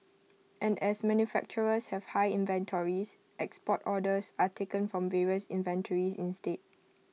and as manufacturers have high inventories export orders are taken from the inventories instead